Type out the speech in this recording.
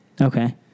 Okay